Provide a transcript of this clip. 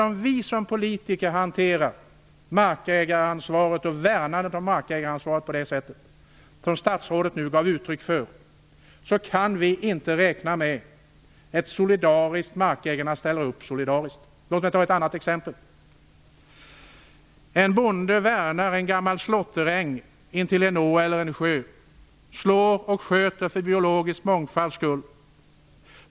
Om vi som politiker hanterar markägaransvaret och värnandet av markägaransvaret på det sätt som statsrådet nu gav uttryck för kan vi inte räkna med att markägarna ställer upp solidariskt. Jag kan ta ett annat exempel. En bonde värnar en gammal slåtteräng intill en å eller en sjö. Han slår och sköter för biologisk mångfalds skull.